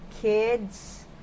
kids